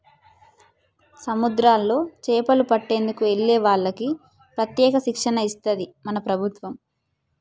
సముద్రాల్లో చేపలు పట్టేందుకు వెళ్లే వాళ్లకి ప్రత్యేక శిక్షణ ఇస్తది మన ప్రభుత్వం